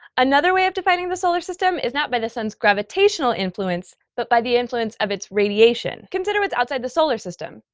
another way of defining the solar system is not by the sun's gravitational influence, but by the influence of its radiation. consider what's outside the solar system.